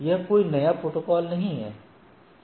यह कोई नया प्रोटोकॉल नहीं है